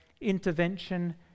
intervention